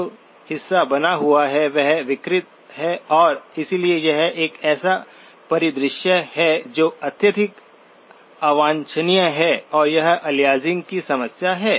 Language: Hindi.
जो हिस्सा बना हुआ है वह विकृत है और इसलिए यह एक ऐसा परिदृश्य है जो अत्यधिक अवांछनीय है और यह अलियासिंग की समस्या है